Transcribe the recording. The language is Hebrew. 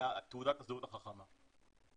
תעודת הזהות החכמה.